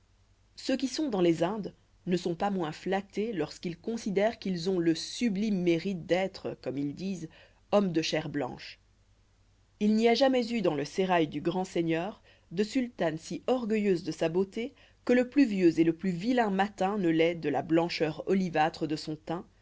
ceux qui sont dans les indes ne sont pas moins flattés lorsqu'ils considèrent qu'ils ont le sublime mérite d'être comme ils disent hommes de chair blanche il n'y a jamais eu dans le sérail du grand seigneur de sultane si orgueilleuse de sa beauté que le plus vieux et le plus vilain mâtin ne l'est de la blancheur olivâtre de son teint